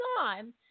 on